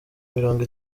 mirongo